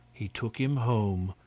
he took him home,